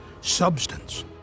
substance